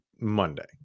Monday